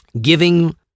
giving